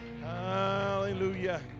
Hallelujah